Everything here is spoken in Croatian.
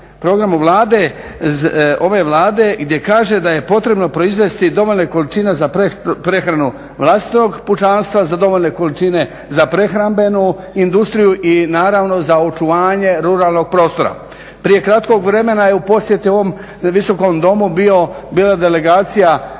programu Vlade, ove Vlade gdje kaže da je potrebno proizvesti dovoljne količine za prehranu vlastitog pučanstva, za dovoljne količine za prehrambenu industriju i naravno za očuvanje ruralnog prostora. Prije kratkog vremena je u posjetu ovom Visokom domu bila delegacija